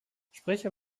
sprecher